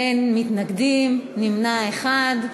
אין מתנגדים, נמנע אחד.